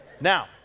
Now